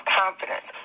confidence